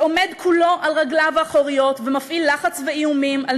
שעומד כולו על רגליו האחוריות ומפעיל לחץ ואיומים על